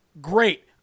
great